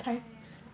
yeah yeah yeah